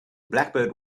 blackbird